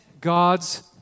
God's